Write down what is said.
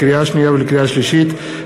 לקריאה שנייה ולקריאה שלישית,